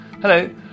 Hello